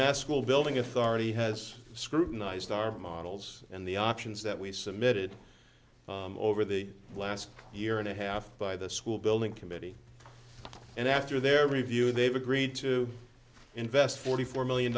will building authority has scrutinized our models and the options that we submitted over the last year and a half by the school building committee and after their review they've agreed to invest forty four million